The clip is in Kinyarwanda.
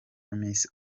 miss